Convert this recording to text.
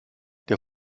der